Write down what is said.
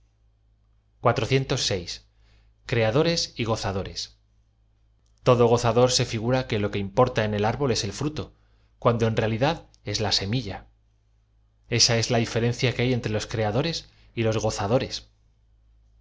creadores y gozadores todo gozador se figura que lo que importa en el ár bol ea e l fruto cuando en realidad es la semilla esa es la diferencia que hay entre los creadores y los